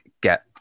get